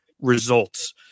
results